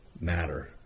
matter